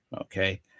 okay